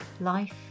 Life